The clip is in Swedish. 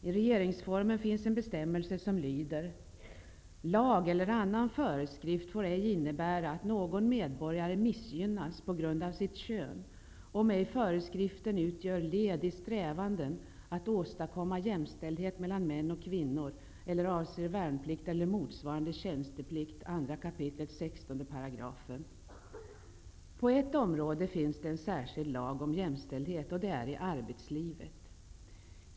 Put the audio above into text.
I regeringsformen finns en bestämmelse som lyder: Lag eller annan föreskrift får ej innebära, att någon medborgare missgynnas på grund av sitt kön, om ej föreskriften utgör led i strävanden att åstadkomma jämställdhet mellan män och kvinnor eller avser värnplikt eller motsvarande tjänsteplikt (2 kap. 16§ På ett område finns det en särskild lag om jämställdhet, och det är i arbetslivet.